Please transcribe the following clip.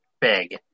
big